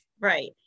Right